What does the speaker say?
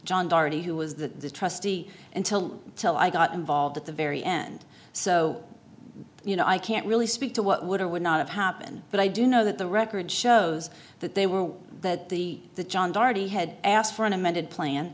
directly who was the trustee until till i got involved at the very end so you know i can't really speak to what would or would not have happened but i do know that the record shows that they were that the the john darche had asked for an amended plan